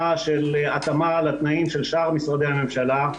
של התאמה לתנאים של יתר משרדי הממשלה.